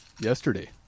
yesterday